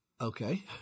Okay